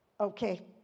Okay